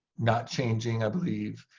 not changing, i believe.